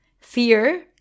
fear